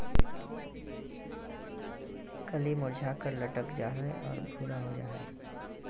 कली मुरझाकर लटक जा हइ और भूरा हो जा हइ